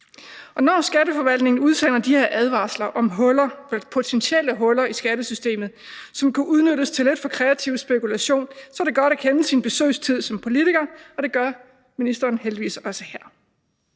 Når skatteforvaltningen udsender de her advarsler om potentielle huller i skattesystemet, som kan udnyttes til lidt for kreativ spekulation, så er det godt at kende sin besøgelsestid som politiker, og det gør ministeren heldigvis også her.